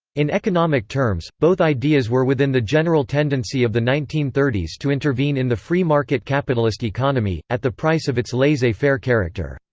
in economic terms, both ideas were within the general tendency of the nineteen thirty s to intervene in the free market capitalist economy, at the price of its laissez-faire character,